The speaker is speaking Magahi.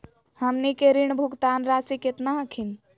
हमनी के ऋण भुगतान रासी केतना हखिन?